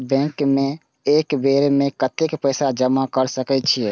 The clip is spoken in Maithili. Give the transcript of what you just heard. बैंक में एक बेर में कतेक पैसा जमा कर सके छीये?